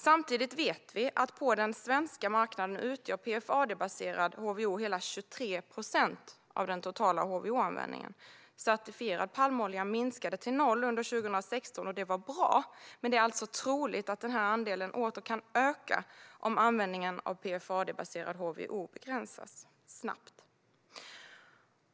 Vi vet samtidigt att PFAD-baserad HVO utgör hela 23 procent av den totala HVO-användningen på den svenska marknaden. Certifierad palmolja minskade till noll under 2016. Det var bra, men det är alltså troligt att denna andel kan komma att öka om användningen av PFAD-baserad HVO begränsas snabbt.